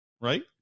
right